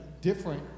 different